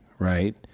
right